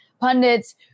pundits